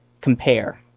compare